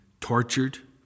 tortured